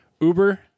Uber